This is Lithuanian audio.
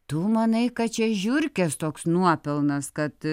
tu manai kad čia žiurkės toks nuopelnas kad